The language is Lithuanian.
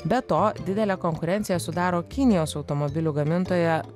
be to didelę konkurenciją sudaro kinijos automobilių gamintoja